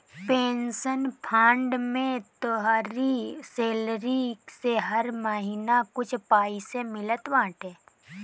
pension fund में तोहरी salary से हर महिना कुछ पईसा मिलत बाटे